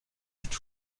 cette